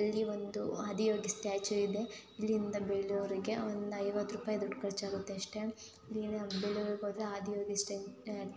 ಅಲ್ಲಿ ಒಂದು Adiyogi statue ಇದೆ ಅಲ್ಲಿಂದ ಬೇಲೂರಿಗೆ ಒಂದು ಐವತ್ತು ರೂಪಾಯಿ ದುಡ್ಡು ಖರ್ಚಾಗುತ್ತೆ ಅಷ್ಟೆ ಇಲ್ಲಿಂದ ಬೇಲೂರಿಗೆ ಹೋದ್ರೆ ಆದಿ ಯೋಗಿ ಸ್ಟ್ಯಾ